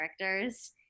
characters